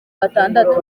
batandatu